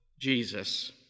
Jesus